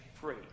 free